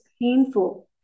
painful